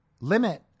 limit